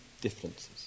differences